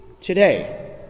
today